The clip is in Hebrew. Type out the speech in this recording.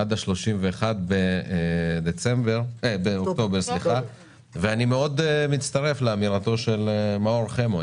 עד 31 באוקטובר 2021. אני מצטרף לאמירה של מאור חמו,